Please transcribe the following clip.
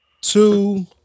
two